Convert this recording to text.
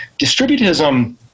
Distributism